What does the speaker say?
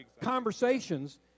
conversations